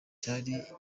yari